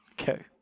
Okay